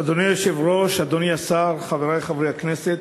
אדוני היושב-ראש, אדוני השר, חברי חברי הכנסת,